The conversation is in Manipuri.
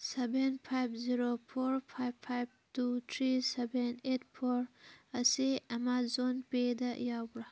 seven five zero four five five two three seven eight four ꯑꯁꯤ ꯑꯃꯥꯖꯣꯟ ꯄꯦꯗ ꯌꯥꯎꯕ꯭ꯔꯥ